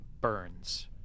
burns